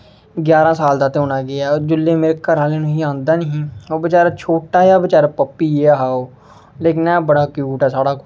ग्यारां साल दा ते होना गै ऐ होर जेल्लै मेरे घरा आह्लें ओह् आंदा हा नी ओह् बचारा छोटा जेहा बचेरा पप्पी जेहा हा ओह् लेकिन ऐ बड़ा क्यूट ऐ साढ़ा कुत्ता